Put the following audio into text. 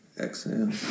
Exhale